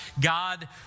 God